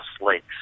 lakes